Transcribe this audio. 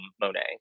monet